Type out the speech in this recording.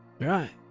right